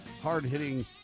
hard-hitting